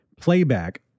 playback